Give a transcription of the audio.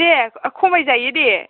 दे खमाय जायो दे